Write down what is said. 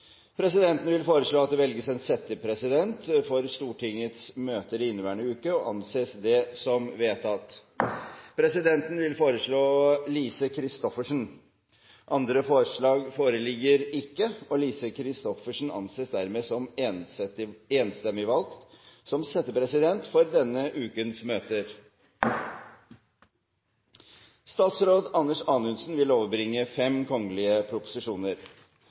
Presidenten vil foreslå at det velges en settepresident for Stortingets møter i inneværende uke – og anser det som vedtatt. Presidenten vil foreslå Lise Christoffersen. – Andre forslag foreligger ikke, og Lise Christoffersen anses enstemmig valgt som settepresident for denne ukens møter. Representanten Trine Skei Grande vil